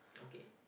okay